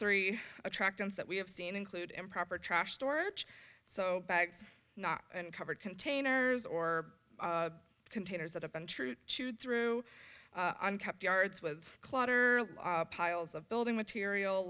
three attractants that we have seen include improper trash storage so bags not uncovered containers or containers that have been true chewed through unkept yards with clutter piles of building material